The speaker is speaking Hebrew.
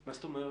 מה זאת אומרת?